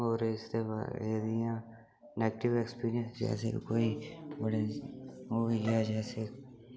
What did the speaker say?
होर इसदे बारे एह्दियां नेगेटिव ऐक्सपीरियंस जैसे कोई बड़े होई गेआ जैसे